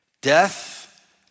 death